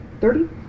Thirty